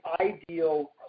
ideal